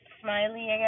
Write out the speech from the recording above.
smiley